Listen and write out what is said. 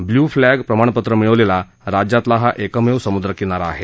ब्ल्फ्लश प्रमाणपत्र मिळवलेला राज्यातला हा एकमेव समुद्र किनारा आहे